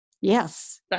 Yes